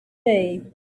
day